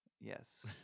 Yes